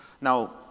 Now